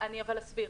אני אסביר.